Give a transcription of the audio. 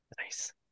Nice